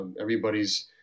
everybody's